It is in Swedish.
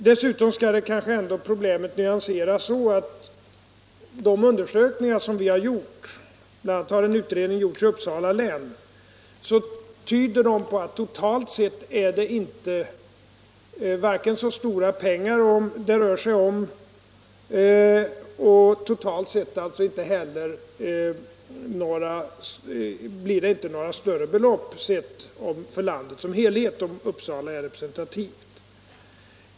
Dessutom bör I kanske ändå problemet nyanseras något, därför att de undersökningar - Om åtgärder för att som har gjorts — bl.a. en utredning som genomförts i Uppsala län —= motverka oskäliga tyder på att det totalt sett inte rör sig om så stora pengar. Det blir alltså — kapitalvinster vid inte några stora belopp för landet som helhet, om nu Uppsala är re = försäljning av presentativt.